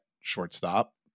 shortstop